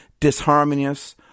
disharmonious